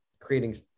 creating